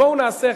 בואו נעשה,